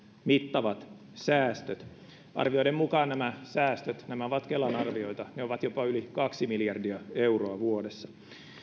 mittavat säästöt arvioiden mukaan nämä säästöt nämä ovat kelan arvioita ovat jopa yli kaksi miljardia euroa vuodessa